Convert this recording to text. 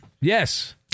Yes